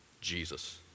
Jesus